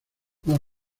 más